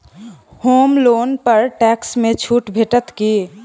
होम loan पर tax मे छुट भेटत की